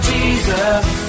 Jesus